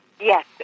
Yes